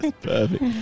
Perfect